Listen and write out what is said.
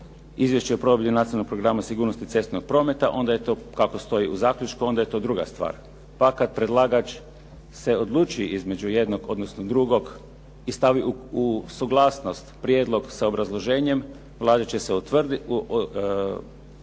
izvješće o provedbi Nacionalnog programa sigurnosti cestovnog prometa onda je to kako stoji u zaključku onda je to druga stvar. Pa kad predlagač se odluči između jednog, odnosno drugog i stavi u suglasnost prijedlog sa obrazloženjem Vlada će se očitovati.